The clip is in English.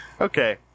Okay